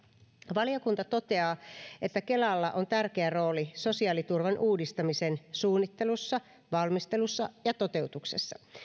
valiokunta toteaa että kelalla on tärkeä rooli sosiaaliturvan uudistamisen suunnittelussa valmistelussa ja toteutuksessa